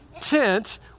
tent